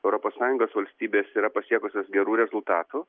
europos sąjungos valstybės yra pasiekusios gerų rezultatų